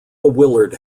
willard